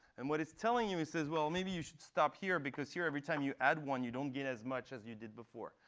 and what it's telling you, it says, well, maybe you should stop here, because here every time you add one, you don't get as much as you did before.